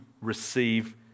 receive